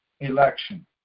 election